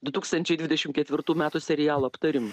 du tūkstančiai dvidešim ketvirtų metų serialų aptarimą